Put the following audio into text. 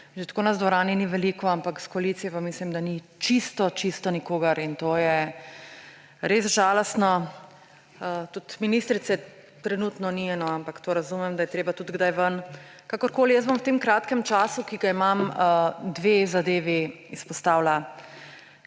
Že tako nas v dvorani ni veliko, ampak iz koalicije pa mislim, da ni čisto čisto nikogar in to je res žalostno. Tudi ministrice trenutno ni, no, ampak to razumem, da je treba tudi kdaj ven. Kakorkoli, v tem kratkem času, ki ga imam, bom dve zadevi izpostavila.